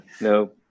No